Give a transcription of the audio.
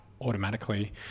automatically